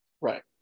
Right